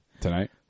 Tonight